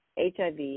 HIV